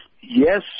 yes